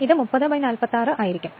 ഇത് 30 46 ആയിരിക്കും